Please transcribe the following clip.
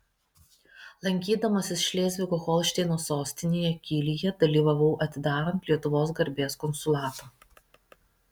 lankydamasis šlėzvigo holšteino sostinėje kylyje dalyvavau atidarant lietuvos garbės konsulatą